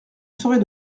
serais